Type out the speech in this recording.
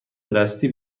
دستی